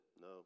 no